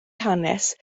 hanes